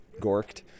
gorked